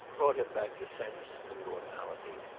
brought him back to sense and normality.